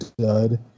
dud